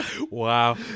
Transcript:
Wow